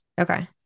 Okay